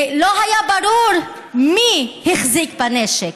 ולא היה ברור מי החזיק בנשק,